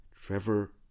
Trevor